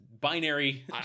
binary